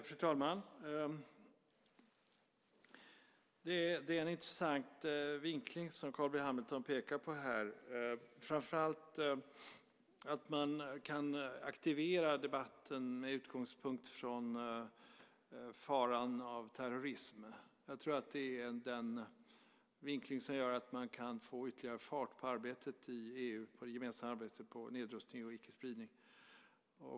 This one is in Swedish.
Fru talman! Det är en intressant vinkling som Carl B Hamilton pekar på här, framför allt att man kan aktivera debatten med utgångspunkt i faran för terrorism. Jag tror att det är den vinkling som gör att man kan få ytterligare fart på arbetet i EU och det gemensamma arbetet med nedrustning och icke-spridning.